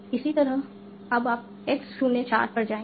इसी तरह अब आप x 0 4 पर जाएंगे